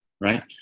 right